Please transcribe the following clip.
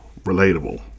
relatable